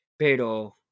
Pero